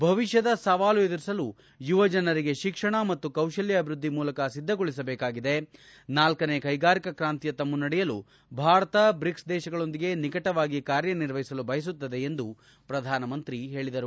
ಭವಿಷ್ಯದ ಸವಾಲು ಎದುರಿಸಲು ಯುವಜನರಿಗೆ ಶಿಕ್ಷಣ ಮತ್ತು ಕೌಶಲ್ಯ ಅಭಿವೃದ್ದಿ ಮೂಲಕ ಸಿದ್ದಗೊಳಿಸಬೇಕಾಗಿದೆ ನಾಲ್ಕನೇ ಕೈಗಾರಿಕಾ ಕ್ರಾಂತಿಯತ್ತ ಮುನ್ನೆಡೆಯಲು ಭಾರತ ಬ್ರಿಕ್ಸ್ ದೇಶಗಳೊಂದಿಗೆ ನಿಕಟವಾಗಿ ಕಾರ್ಯನಿರ್ವಹಿಸಲು ಬಯಸುತ್ತದೆ ಎಂದು ಪ್ರಧಾನಮಂತ್ರಿ ಹೇಳಿದರು